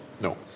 No